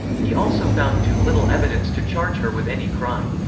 he also found too little evidence to charge her with any crime.